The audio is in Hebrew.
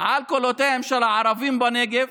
על קולותיהם של הערבים בנגב,